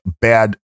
bad